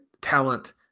talent